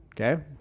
Okay